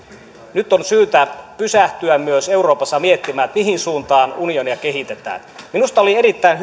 nyt on syytä pysähtyä myös euroopassa miettimään mihin suuntaan unionia kehitetään minusta oli erittäin